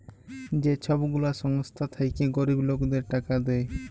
যে ছব গুলা সংস্থা থ্যাইকে গরিব লকদের টাকা দেয়